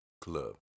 club